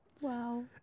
Wow